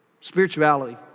spirituality